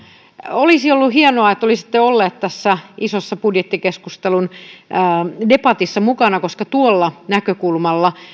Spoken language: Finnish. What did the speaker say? olisi ollut hienoa että olisitte ollut tässä budjettikeskustelun isossa debatissa mukana koska tuolla näkökulmalla